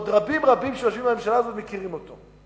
ועוד רבים-רבים שיושבים בממשלה ומכירים אותו,